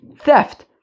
theft